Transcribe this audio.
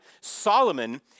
Solomon